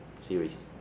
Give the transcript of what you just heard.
series